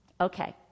Okay